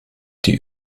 die